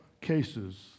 cases